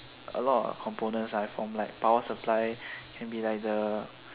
a lot of components ah from like power supply can be like the